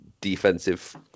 defensive